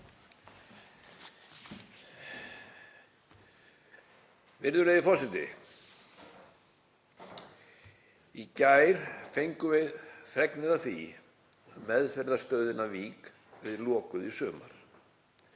Virðulegi forseti. Í gær fengum við fregnir af því að meðferðarstöðin Vík verði lokuð í sumar.